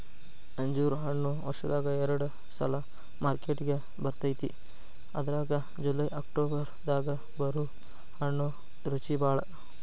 ಅಂಜೂರ ಹಣ್ಣು ವರ್ಷದಾಗ ಎರಡ ಸಲಾ ಮಾರ್ಕೆಟಿಗೆ ಬರ್ತೈತಿ ಅದ್ರಾಗ ಜುಲೈ ಅಕ್ಟೋಬರ್ ದಾಗ ಬರು ಹಣ್ಣು ರುಚಿಬಾಳ